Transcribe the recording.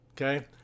okay